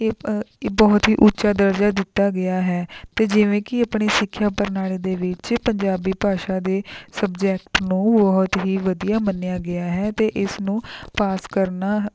ਇਹ ਅ ਬਹੁਤ ਹੀ ਉੱਚਾ ਦਰਜਾ ਦਿੱਤਾ ਗਿਆ ਹੈ ਅਤੇ ਜਿਵੇਂ ਕਿ ਆਪਣੀ ਸਿੱਖਿਆ ਪ੍ਰਣਾਲੀ ਦੇ ਵਿੱਚ ਪੰਜਾਬੀ ਭਾਸ਼ਾ ਦੇ ਸਬਜੈਕਟ ਨੂੰ ਬਹੁਤ ਹੀ ਵਧੀਆ ਮੰਨਿਆ ਗਿਆ ਹੈ ਅਤੇ ਇਸ ਨੂੰ ਪਾਸ ਕਰਨਾ